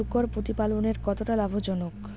শূকর প্রতিপালনের কতটা লাভজনক?